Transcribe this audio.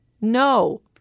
no